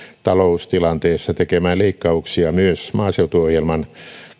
taloustilanteessa tekemään leikkauksia myös maaseutuohjelman